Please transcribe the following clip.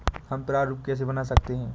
हम प्रारूप कैसे बना सकते हैं?